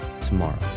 tomorrow